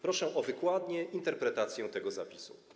Proszę o wykładnię, interpretację tego zapisu.